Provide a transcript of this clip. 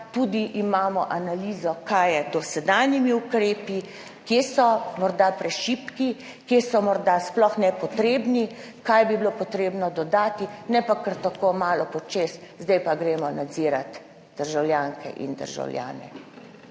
tudi analizo, kaj je z dosedanjimi ukrepi, kje so morda prešibki, kje so morda sploh nepotrebni, kaj bi bilo potrebno dodati, ne pa kar tako malo počez, zdaj pa gremo nadzirat državljanke in državljane.